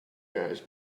guys